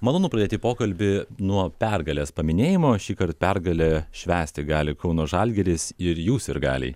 malonu pradėti pokalbį nuo pergalės paminėjimo šįkart pergalę švęsti gali kauno žalgiris ir jų sirgaliai